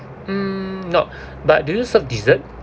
mm no but do you serve dessert